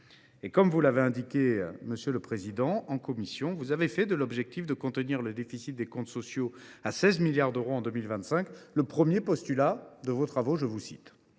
Comme vous l’avez indiqué, monsieur le président de la commission, cette instance a fait de l’objectif de contenir le déficit des comptes sociaux à 16 milliards d’euros en 2025 le « premier postulat » de ses travaux. Je vous en